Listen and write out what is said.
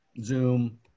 Zoom